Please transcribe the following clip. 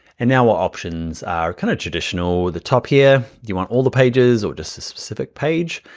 and now our options are kinda traditional with the top here, do you want all the pages or just a specific page?